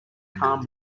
calm